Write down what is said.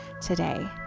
today